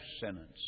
sentence